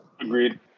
Agreed